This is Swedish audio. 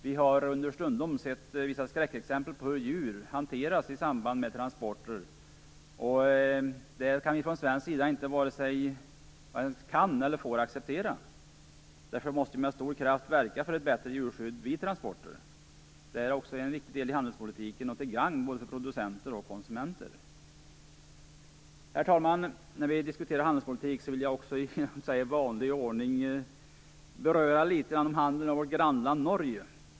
Vi har understundom sett vissa skräckexempel på hur djur hanteras i samband med transporter, och detta varken kan eller får vi från svensk sida acceptera. Därför måste vi med stor kraft verka för ett bättre djurskydd vid transporter. Det är också en viktig del i handelspolitiken och till gagn för både producenter och konsumenter. Herr talman! När vi diskuterar handelspolitik vill jag i vanlig ordning beröra litet handeln med vårt grannland Norge.